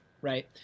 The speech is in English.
right